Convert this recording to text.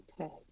Okay